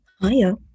Hiya